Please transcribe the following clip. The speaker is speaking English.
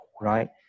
right